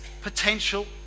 potential